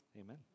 amen